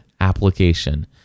application